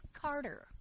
Carter